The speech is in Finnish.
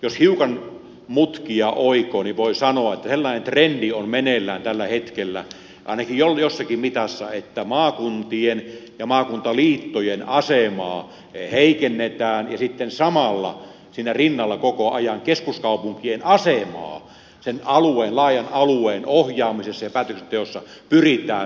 jos hiukan mutkia oikoo niin voi sanoa että sellainen trendi on meneillään tällä hetkellä ainakin jossakin mitassa että maakuntien ja maakuntaliittojen asemaa heikennetään ja sitten samalla siinä rinnalla pyritään koko ajan vahvistamaan keskuskaupunkien asemaa laajan alueen ohjaamisessa ja päätöksenteossa